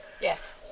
Yes